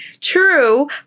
True